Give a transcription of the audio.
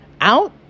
out